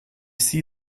see